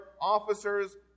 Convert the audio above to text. officers